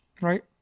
right